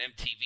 MTV